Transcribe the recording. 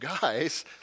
guys